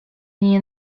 nie